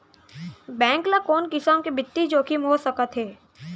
Bank ल कोन किसम के बित्तीय जोखिम हो सकत हे?